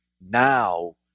Now